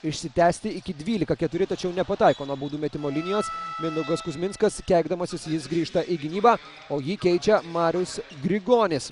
išsitęsti iki dvylika keturi tačiau nepataiko nuo baudų metimo linijos mindaugas kuzminskas keikdamasis jis grįžta į gynybą o jį keičia marius grigonis